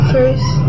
First